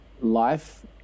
life